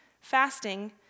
Fasting